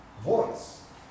voice